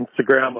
Instagram